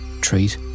treat